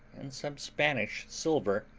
and some spanish silver,